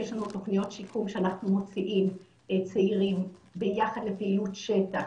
יש לנו תוכניות שיקום שאנחנו מוציאים צעירים ביחד לפעילות שטח,